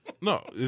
No